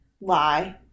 lie